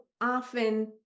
often